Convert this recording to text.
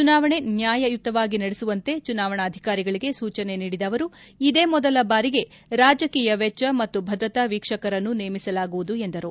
ಚುನಾವಣೆ ನ್ನಾಯಯುತವಾಗಿ ನಡೆಸುವಂತೆ ಚುನಾವಣಾಧಿಕಾರಿಗಳಿಗೆ ಸೂಚನೆ ನೀಡಿದ ಅವರು ಇದೇ ಮೊದಲ ಬಾರಿಗೆ ರಾಜಕೀಯ ವೆಚ್ಚ ಮತ್ತು ಭದ್ರತಾ ವೀಕ್ಷಕರನ್ನು ನೇಮಿಸಲಾಗುವುದು ಎಂದರು